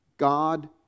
God